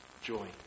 joy